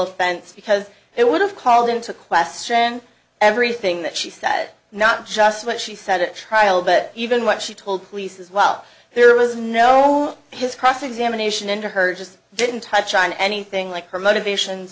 offense because it would have called into question everything that she sat not just what she said it trial but even what she told police as well there was no his cross examination into her just didn't touch on anything like her motivation